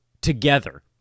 together